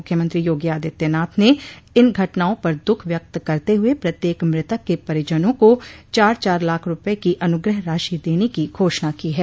मुख्यमंत्री योगी आदित्यनाथ ने इन घटनाओं पर दुःख व्यक्त करते हुए प्रत्येक मृतक के परिजनों को चार चार लाख रूपये की अनुग्रह राशि देने की घोषणा की है